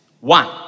One